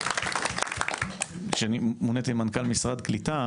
כשאני מוניתי למשרד הקליטה